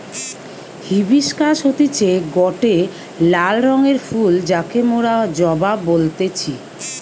hibiscus হতিছে গটে লাল রঙের ফুল যাকে মোরা জবা বলতেছি